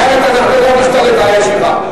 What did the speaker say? אחרת אנחנו לא נשתלט על הישיבה.